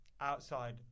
outside